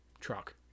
truck